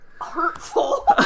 hurtful